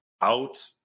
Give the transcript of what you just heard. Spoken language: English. out